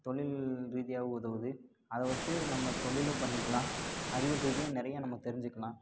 தொழில் ரீதியாகவும் உதவுது அதை வெச்சு நம்ம தொழிலும் பண்ணிக்கலாம் அறிவியல் ரீதியாக நிறையா நம்ம தெரிஞ்சுக்கலாம்